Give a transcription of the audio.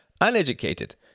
uneducated